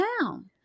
town